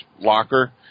locker